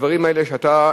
בדברים האלה שאתה,